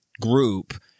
group